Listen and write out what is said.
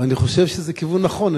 ואני חושב שזה כיוון נכון.